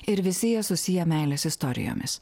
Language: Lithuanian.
ir visi jie susiję meilės istorijomis